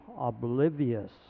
oblivious